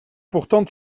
pourtant